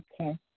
Okay